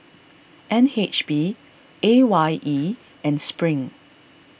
N H B A Y E and Spring